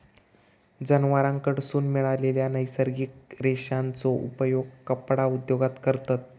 जनावरांकडसून मिळालेल्या नैसर्गिक रेशांचो उपयोग कपडा उद्योगात करतत